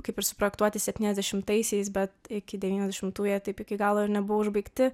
kaip ir suprojektuoti septyniasdešimtaisiais bet iki devyniasdešimtų jie taip iki galo ir nebuvo užbaigti